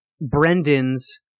Brendan's